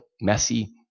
messy